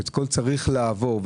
שהכול צריך לעבור דרכה.